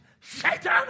Satan